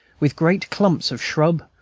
with great clumps of shrubs,